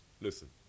listen